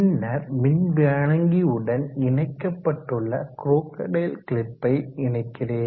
பின்னர் மின்வழங்கியுடன் இணைக்கப்பட்டுள்ள கொரக்கடைல் கிளிப்பை இணைக்கிறேன்